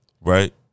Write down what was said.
Right